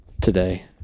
today